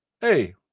hey